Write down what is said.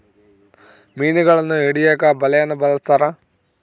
ಮೀನುಗಳನ್ನು ಹಿಡಿಯಕ ಬಲೆಯನ್ನು ಬಲಸ್ಥರ